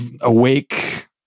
awake